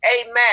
amen